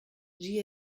j’y